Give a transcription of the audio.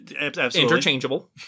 interchangeable